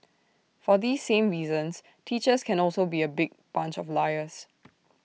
for these same reasons teachers can also be A big bunch of liars